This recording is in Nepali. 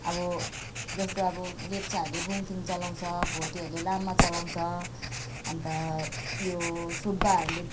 अब जस्तो अब लेप्चाहरूले बुङ्गथिङ चलाउँछ जस्तो भोटेहरूले लामा चलाउँछ अन्त यो सुब्बाहरूले